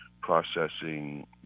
processing